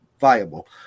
viable